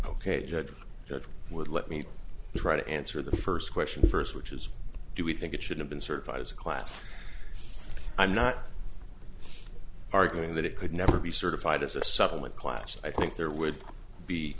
judge that would let me try to answer the first question first which is do we think it should have been certified as a class i'm not arguing that it could never be certified as a supplement clash i think there would be